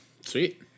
Sweet